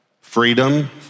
Freedom